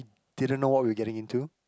didn't know what we were getting into